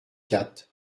quatre